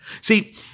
See